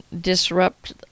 disrupt